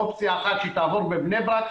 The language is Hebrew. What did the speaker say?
אופציה אחת שהיא תעבור בבני ברק,